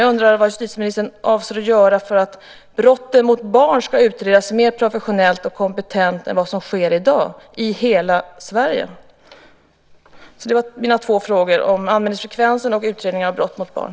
Jag undrar vad justitieministern avser att göra för att brotten mot barn ska utredas mer professionellt och kompetent i hela Sverige än vad som sker i dag? Det var mina två frågor om anmälningsfrekvens och om utredning av brott mot barn.